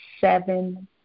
seven